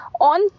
on